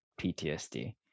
PTSD